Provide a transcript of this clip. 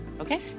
Okay